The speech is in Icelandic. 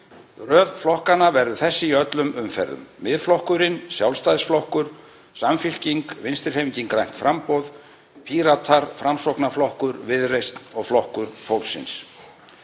Röð flokkanna verður þessi í öllum umferðum: Miðflokkurinn, Sjálfstæðisflokkur, Samfylking, Vinstrihreyfingin – grænt framboð, Píratar, Framsóknarflokkur, Viðreisn og Flokkur fólksins.